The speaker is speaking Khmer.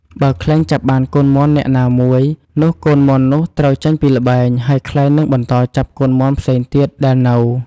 បើខ្លែងចាប់បានកូនមាន់នាក់ណាមួយ នោះកូនមាន់នោះត្រូវចេញពីល្បែង ហើយខ្លែងនឹងបន្តចាប់កូនមាន់ផ្សេងទៀតដែលនៅ។